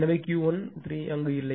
எனவே Ql3 அங்கு இல்லை